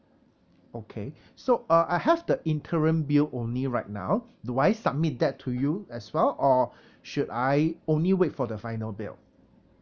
okay so uh I have the interim bill only right now do I submit that to you as well or should I only wait for the final bill